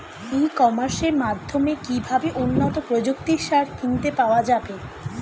ই কমার্সের মাধ্যমে কিভাবে উন্নত প্রযুক্তির সার কিনতে পাওয়া যাবে?